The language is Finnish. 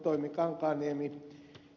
toimi kankaanniemi ja ed